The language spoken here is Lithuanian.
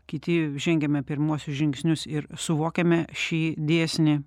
kiti žengiame pirmuosius žingsnius ir suvokiame šį dėsnį